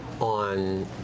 on